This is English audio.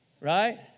Right